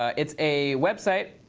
it's a website,